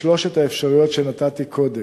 בשלוש האפשרויות שנתתי קודם,